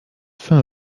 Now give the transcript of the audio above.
fin